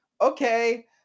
okay